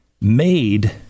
made